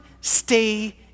stay